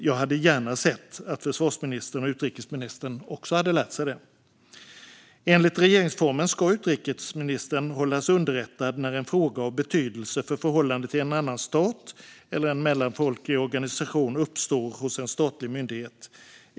Jag hade gärna sett att försvarsministern och utrikesministern också hade lärt sig det. Enligt regeringsformen ska utrikesministern hållas underrättad när en fråga av betydelse för förhållandet till en annan stat eller en mellanfolklig organisation uppstår hos en statlig myndighet.